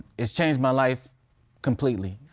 it's changed my life completely.